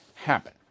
Happen